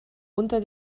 unter